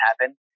happen